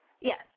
Yes